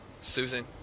Susan